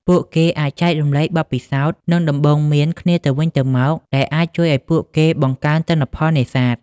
ពួកគេអាចចែករំលែកបទពិសោធន៍ និងដំបូន្មានគ្នាទៅវិញទៅមក ដែលអាចជួយឱ្យពួកគេបង្កើនទិន្នផលនេសាទ។